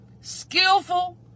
Skillful